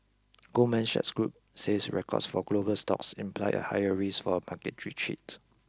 Goldman Sachs Group says records for global stocks imply a higher risk for a market retreat